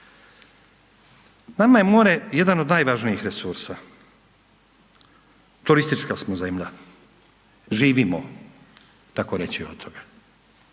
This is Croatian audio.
Nama je more jedan od najvažnijih resursa, turistička smo zemlja, živimo takoreći o toga